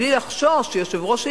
בלי לחשוב שיושב-ראש האיגוד,